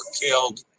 killed